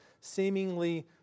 seemingly